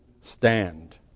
stand